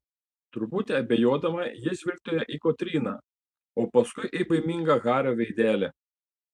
truputį abejodama ji žvilgtelėjo į kotryną o paskui į baimingą hario veidelį